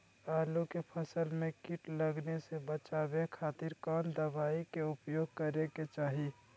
आलू के फसल में कीट लगने से बचावे खातिर कौन दवाई के उपयोग करे के चाही?